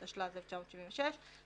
התשל"ז-1976,